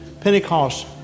Pentecost